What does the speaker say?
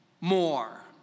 more